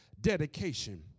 dedication